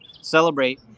celebrate